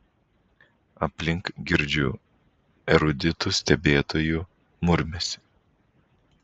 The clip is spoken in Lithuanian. aplink girdžiu eruditų stebėtojų murmesį